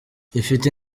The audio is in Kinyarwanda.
ifite